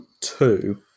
two